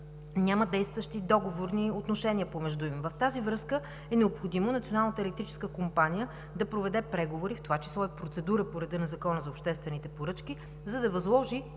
си действащи договорни отношения. В тази връзка е необходимо Националната електрическа компания да проведе преговори, в това число и процедура по реда на Закона за обществените поръчки, за да възложи